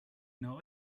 know